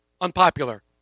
unpopular